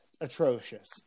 atrocious